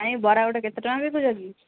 ଭାଇ ଏ ବରା ଗୋଟା କେତେ ଟଙ୍କା ବିକୁଛ କି